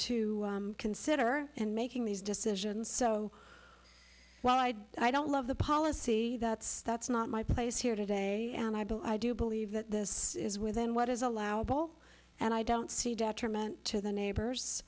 to consider and making these decisions so wide i don't love the policy that's that's not my place here today and i believe i do believe that this is within what is allowable and i don't see detriment to the neighbors